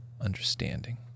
understanding